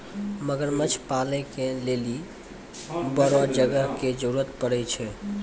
मगरमच्छ पालै के लेली बड़ो जगह के जरुरत पड़ै छै